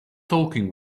talking